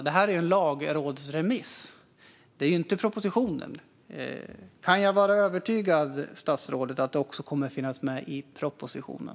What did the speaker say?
Det här är en lagrådsremiss och inte en proposition. Kan jag då vara övertygad om att detta också kommer att finnas med i propositionen?